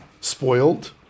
spoiled